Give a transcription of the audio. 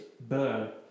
burn